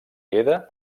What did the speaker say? queda